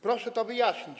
Proszę to wyjaśnić.